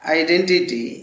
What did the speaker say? identity